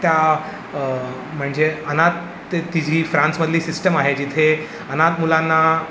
त्या म्हणजे अनाथ ते ती जी फ्रान्समधली सिस्टम आहे जिथे अनाथ मुलांना